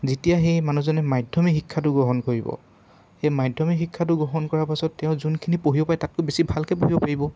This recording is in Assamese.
যেতিয়া সেই মানুহজনে মাধ্যমিক শিক্ষাটো গ্ৰহণ কৰিব সেই মাধ্যমিক শিক্ষাটো গ্ৰহণ কৰাৰ পাছত তেওঁ যোনখিনি পঢ়িব পাৰে তাতকৈ বেছি ভালকৈ পঢ়িব পাৰিব